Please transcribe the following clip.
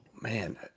man